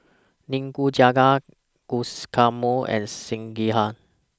Nikujaga Guacamole and Sekihan